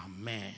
amen